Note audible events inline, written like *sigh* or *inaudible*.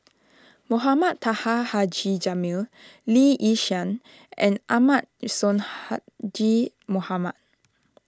Mohamed Taha Haji Jamil Lee Yi Shyan and Ahmad *hesitation* Sonhadji Mohamad